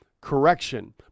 correction